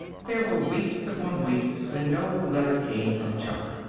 there were weeks upon weeks when no letter came from chuck.